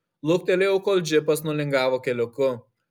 luktelėjau kol džipas nulingavo keliuku